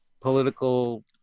political